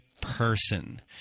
person